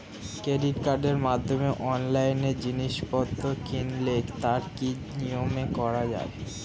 Credit কার্ডের মাধ্যমে অনলাইনে জিনিসপত্র কিনলে তার কি নিয়মে করা যায়?